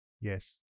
Yes